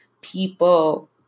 people